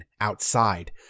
outside